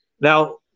Now